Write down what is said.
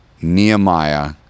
nehemiah